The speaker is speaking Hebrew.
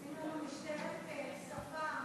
עושים לנו משטרת שפה,